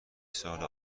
سال